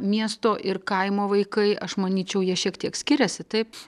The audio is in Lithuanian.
miesto ir kaimo vaikai aš manyčiau jie šiek tiek skiriasi taip